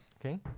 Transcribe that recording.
Okay